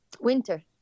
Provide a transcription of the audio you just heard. winter